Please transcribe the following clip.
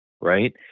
Right